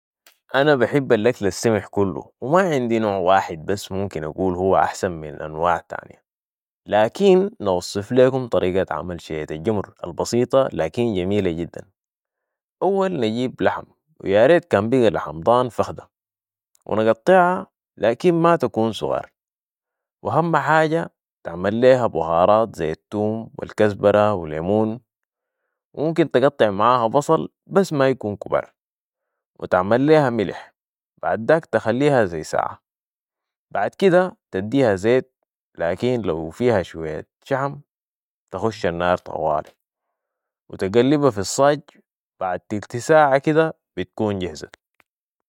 انا بحب الاكل السمح كلو و ما عندي نوع واحد بس ممكن اقول هو احسن من انواع تانية، لكن نوصف ليكم طريقة عمل شية الجمر البسيطة لكن جميلة جداً ،اول نجيب لحم و ياريت كان بقي لحم ضأن فخدة و نقطعها لكن ما تكون صغار و اهم حاجة تعمل ليها بهارات زي التوم و الكزبرة و ليمون و ممكن تقطع معاها بصل بس ما يكون كبار وتعمل ليها ملح بعداك تخليها زي ساعة بعد كدة تتديها زيت لكن لو فيها شوية شحم تخش النار طوالي وتقلبها في الصاج بعد تلت ساعة كدة بتكون جهزت